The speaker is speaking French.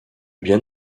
bien